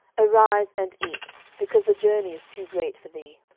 arise and eat because the journey is too great for thee.